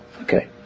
Okay